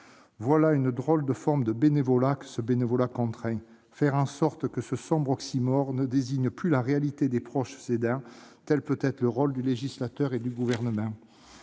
Voilà une drôle de forme de bénévolat que ce bénévolat contraint. Faire en sorte que ce sombre oxymore ne désigne plus la réalité des proches aidants, tel peut être le rôle du législateur et du Gouvernement.